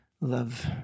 Love